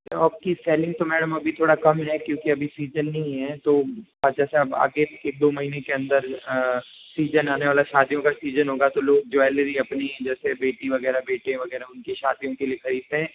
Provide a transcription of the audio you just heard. आपकी सेलिंग तो मैडम अभी थोड़ा कम है क्योंकि अभी सीजन नहीं है तो जैसे अब आगे के दो महीने के अंदर सीजन आने वाला शादियों का सीजन होगा लोग ज्वेलरी अपनी जैसे बेटी वगैरह बेटे वगैरह उनकी शादियों के लिए खरीदते हैं